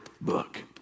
book